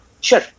Sure